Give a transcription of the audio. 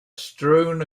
strewn